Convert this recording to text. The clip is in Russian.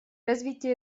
развития